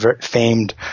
famed